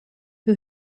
who